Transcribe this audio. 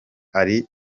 ari